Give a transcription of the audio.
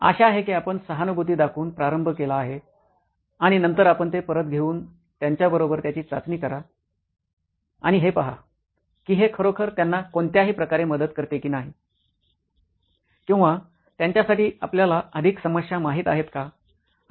आशा आहे की आपण सहानुभूती दाखवून प्रारंभ केला आहे आणि नंतर आपण ते परत घेऊन त्यांच्याबरोबर त्याची चाचणी करा आणि हे पहा की हे खरोखर त्यांना कोणत्याही प्रकारे मदत करते की नाही किंवा त्यांच्यासाठी आपल्याला अधिक समस्या माहित आहेत का